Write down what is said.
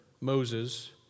Moses